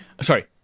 sorry